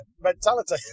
mentality